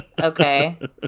Okay